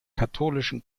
katholischen